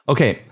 Okay